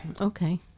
Okay